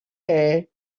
air